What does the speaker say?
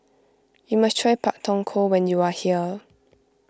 you must try Pak Thong Ko when you are here